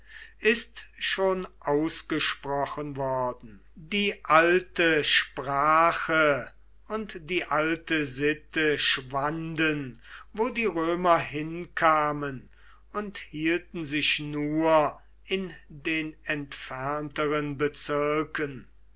ist schon ausgesprochen worden die alte sprache und die alte sitte schwanden wo die römer hinkamen und hielten sich nur in den entfernteren bezirken